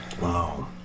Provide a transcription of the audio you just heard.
Wow